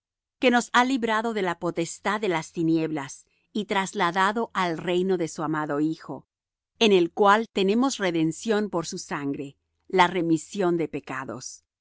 que nos ha librado de la potestad de las tinieblas y trasladado al reino de su amado hijo en el cual tenemos redención por su sangre la remisión de pecados